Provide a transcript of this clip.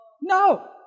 No